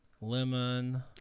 lemon